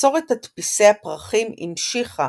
מסורת תדפיסי הפרחים המשיכה